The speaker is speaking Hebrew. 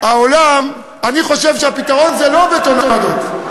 אני חושב שהפתרון זה לא הבטונדות.